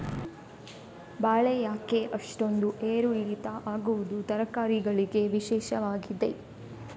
ಬೆಳೆ ಯಾಕೆ ಅಷ್ಟೊಂದು ಏರು ಇಳಿತ ಆಗುವುದು, ತರಕಾರಿ ಗಳಿಗೆ ವಿಶೇಷವಾಗಿ?